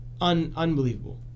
unbelievable